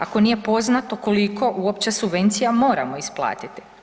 Ako nije poznato, koliko uopće subvencija moramo isplatiti.